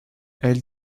elle